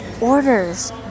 orders